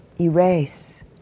erase